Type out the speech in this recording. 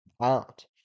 out